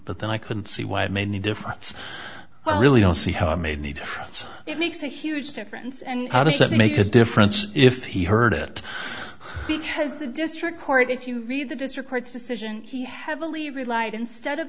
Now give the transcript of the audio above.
but then i couldn't see why it made any difference i really don't see how it made it makes a huge difference and how does that make a difference if he heard it because the district court if you read the district court's decision he heavily relied instead of